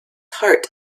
heart